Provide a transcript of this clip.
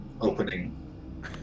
opening